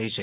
થઈ છે